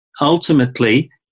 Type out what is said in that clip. ultimately